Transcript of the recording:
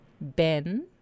Ben